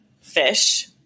fish